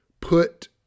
put